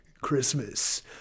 Christmas